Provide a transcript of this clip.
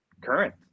current